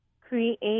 create